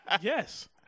Yes